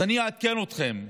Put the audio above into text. אז אני אעדכן אתכם,